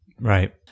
Right